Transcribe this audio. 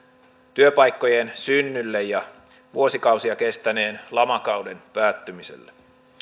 työpaikkojen synnylle ja vuosikausia kestäneen lamakauden päättymiselle